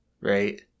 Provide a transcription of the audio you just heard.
right